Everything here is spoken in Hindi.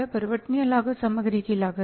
परिवर्तनीय लागत सामग्री की लागत है